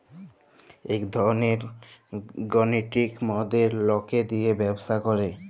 ইক ধরলের গালিতিক মডেল লকে দিয়ে ব্যবসা করে